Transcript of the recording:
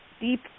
deep